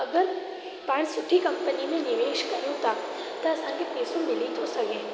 अगरि पाण सुठी कंपनी में निवेश कयूं था त असांजो पैसो मिली थो सघे